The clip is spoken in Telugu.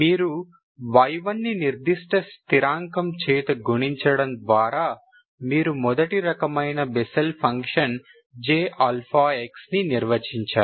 మీరు y1 ని నిర్దిష్ట స్థిరాంకం చేత గుణించడం ద్వారా మీరు మొదటి రకమైన బెస్సెల్ ఫంక్షన్ J ని నిర్వచించారు